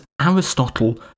Aristotle